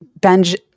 Benj